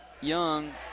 Young